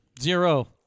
Zero